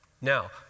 Now